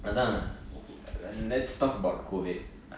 அதான்:athaan then let's talk about COVID